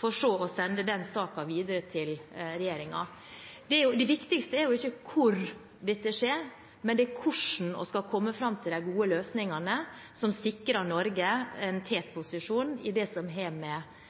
for så å sende den saken videre til regjeringen. Det viktigste er jo ikke hvor dette skjer, men hvordan vi skal komme fram til de gode løsningene som sikrer Norge en tetposisjon i det som har med